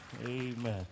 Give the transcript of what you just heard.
Amen